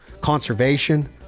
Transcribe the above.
conservation